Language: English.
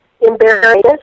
Embarrassed